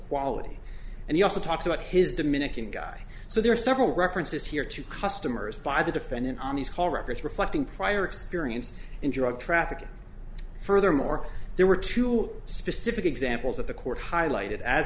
quality and he also talks about his dominican guy so there are several references here to customers by the defendant on these call records reflecting prior experience in drug trafficking furthermore there were two specific examples that the court highlighted as